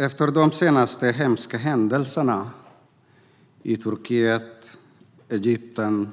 Efter de senaste hemska händelserna i Turkiet, Egypten,